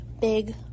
big